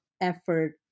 effort